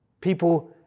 people